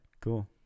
Cool